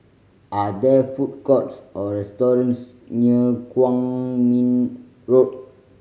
are there food courts or restaurants near Kwong Min Road